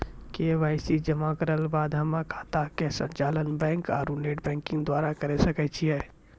KYC जमा करला के बाद हम्मय खाता के संचालन बैक आरू नेटबैंकिंग द्वारा करे सकय छियै?